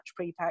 prepack